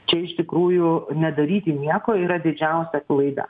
čia iš tikrųjų nedaryti nieko yra didžiausia klaida